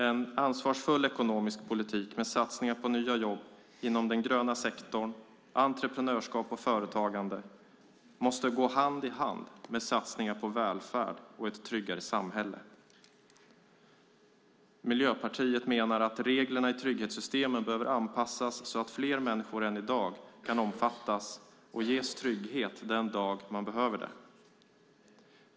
En ansvarsfull ekonomisk politik med satsningar på nya jobb inom den gröna sektorn, entreprenörskap och företagande måste gå hand i hand med satsningar på välfärd och ett tryggare samhälle. Miljöpartiet menar att reglerna i trygghetssystemen behöver anpassas så att fler människor än i dag kan omfattas och ges trygghet den dag de behöver det.